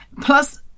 Plus